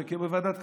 זה בוועדת כלכלה.